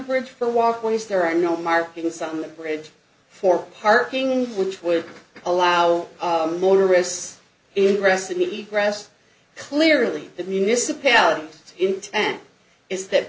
bridge for walkways there are no markings on the bridge for parking which would allow motorists in rest and eat grass clearly the municipality intent is that